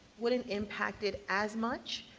would it impact it as much,